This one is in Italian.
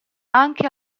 anche